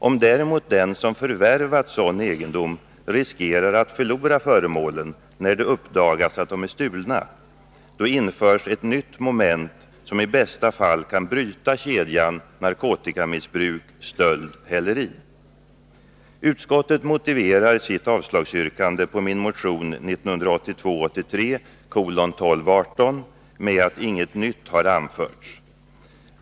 Om däremot den som förvärvat sådan egendom riskerar att förlora föremålen när det uppdagas att de är stulna, då införs ett nytt moment, som i bästa fall kan bryta kedjan narkotikamissbruk-stöld-häleri. Utskottet motiverar sitt yrkande om avslag på min motion 1982/83:1218 med att inget nytt har anförts.